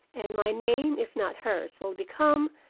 and my name if not hers will become,